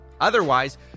Otherwise